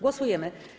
Głosujemy.